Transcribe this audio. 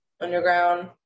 underground